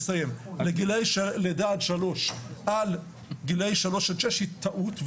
לגילאי לידה עד שלוש על גילאי שלוש עד שש היא טעות.